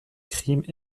crimes